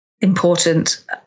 important